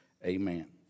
Amen